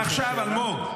עכשיו, אלמוג.